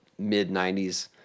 mid-'90s